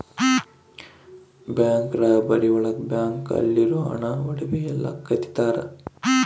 bank robbery ಒಳಗ bank ಅಲ್ಲಿರೋ ಹಣ ಒಡವೆ ಎಲ್ಲ ಕದಿತರ